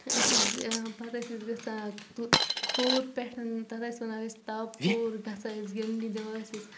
أسۍ ٲسۍ پتہٕ ٲسۍ أسۍ گٔژھان کوٗر پٮ۪ٹھ تتھ ٲسۍ ونان أسۍ تاپکوٗر گژھو أسۍ گِنٛدنہِ دِوان ٲسۍ أسۍ